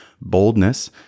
boldness